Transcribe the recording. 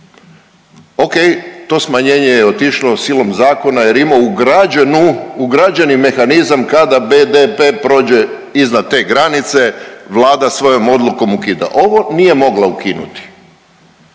Okej, to smanjenje je otišlo silom zakona jer je imao ugrađenu, ugrađeni mehanizam kada BDP prođe iznad te granice, Vlada svojom odlukom ukida. Ovo nije mogla ukinuti.